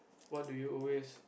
what do you always